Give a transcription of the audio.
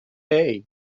hey